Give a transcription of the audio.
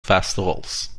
festivals